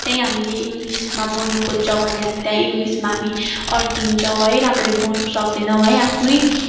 त्यहीँ हामीले इङ्लिसमा बोल्न खोज्छौँ भने हामी त्यहाँ इङ्लिसमा हामी अड्किन्छौँ है राम्ररी बोल्नु सक्दैनौँ है आफ्नै